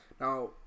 now